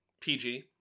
PG